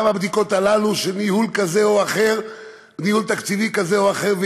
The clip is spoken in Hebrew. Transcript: גם את הבדיקות של ניהול תקציב כזה או אחר,